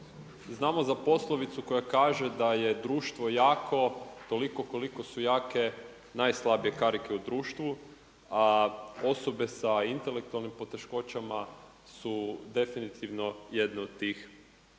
Znamo za poslovicu koja kaže da je društvo jako toliko koliko u jake najslabije karike u društvu a osobe sa intelektualnim poteškoćama su definitivno jedne od tih osoba.